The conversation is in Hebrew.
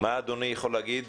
מה אדוני יכול להגיד